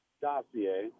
dossier